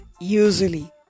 usually